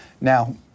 Now